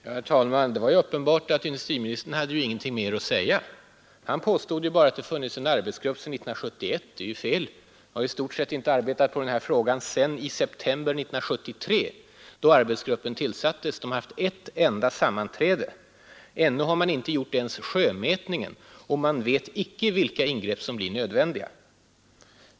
Herr talman! Det är uppenbart att industriministern inte hade något mer att säga. Han påstod bara att det funnits en arbetsgrupp sedan 1971. Det är fel. Man har i stort sett inte arbetat med den här frågan förrän i september 1973 då arbetsgruppen tillsattes. Den har haft ett enda sammanträde. Ännu har man inte ens gjort sjömätningen, och man vet icke vilka ingrepp som blir nödvändiga.